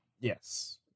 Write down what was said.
Yes